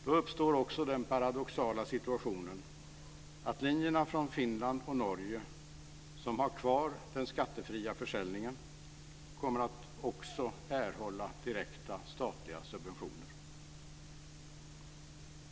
Då uppstår också den paradoxala situationen att linjerna från Finland och Norge, som har kvar den skattefria försäljningen, också kommer att erhålla direkta statliga subventioner.